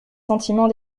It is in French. sentimens